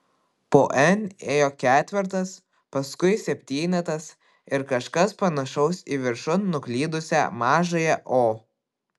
po n ėjo ketvertas paskui septynetas ir kažkas panašaus į viršun nuklydusią mažąją o